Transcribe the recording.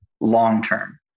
long-term